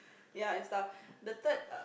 ya and stuff the third err